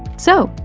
so,